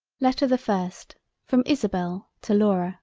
letter the first from isabel to laura